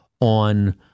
on